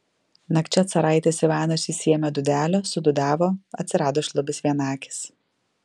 nakčia caraitis ivanas išsiėmė dūdelę sudūdavo atsirado šlubis vienakis